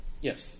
Yes